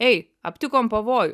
ei aptikom pavojų